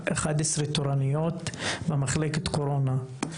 11 תורנויות במחלקת קורונה,